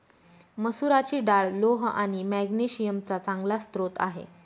मसुराची डाळ लोह आणि मॅग्नेशिअम चा चांगला स्रोत आहे